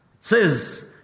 says